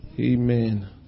Amen